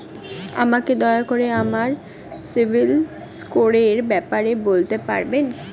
আমাকে দয়া করে আমার সিবিল স্কোরের ব্যাপারে বলতে পারবেন?